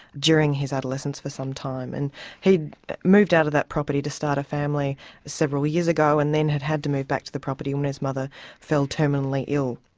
during his adolescence for some time, and he'd moved out of that property to start a family several years ago, and then had had to move back to the property when his mother fell terminally ill.